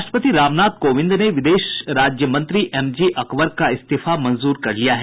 राष्ट्रपति रामनाथ कोविंद ने विदेश राज्य मंत्री एम जे अकबर का इस्तीफा मंजूर कर लिया है